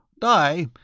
Die